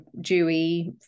dewy